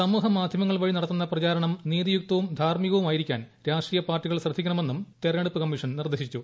സമൂഹ മാധ്യമങ്ങൾ വഴി നടത്തുന്ന പ്രചാരണം നീതി യുക്തവും ധാർമ്മികവുമായിരിക്കാൻ രാഷ്ട്രീയ പാർട്ടികൾ ശ്രദ്ധിക്കണമെന്നും തെരഞ്ഞെടുപ്പ് കമ്മീഷൻ നിർദ്ദേശിച്ചു